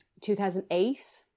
2008